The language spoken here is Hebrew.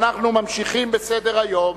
ואנחנו ממשיכים בסדר-היום.